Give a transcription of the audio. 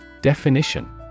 Definition